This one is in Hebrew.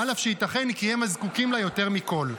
אף שייתכן כי הם הזקוקים לה יותר מכול.